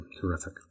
terrific